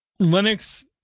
Linux